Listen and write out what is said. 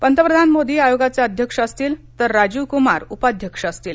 पंतप्रधान मोदी आयोगाचे अध्यक्ष असतील तर राजीव कुमार उपाध्यक्ष असतील